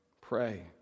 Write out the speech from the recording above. pray